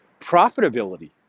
profitability